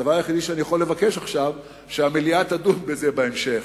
הדבר היחיד שאני יכול לבקש עכשיו הוא שהמליאה תדון בזה בהמשך.